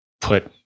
put